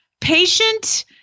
patient